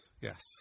Yes